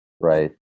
right